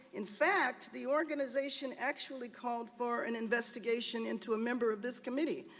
in fact, the organization actually called for an investigation into a member of this committee,